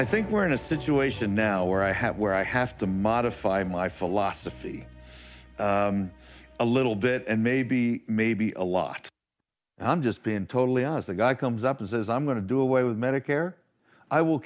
i think we're in a situation now where i have where i have to modify my philosophy a little bit and maybe maybe a lot i'm just been totally i was the guy comes up and says i'm going to do away with medicare i will